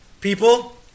People